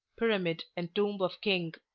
pyramid, and tomb of king,